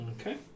Okay